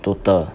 total